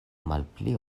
malpli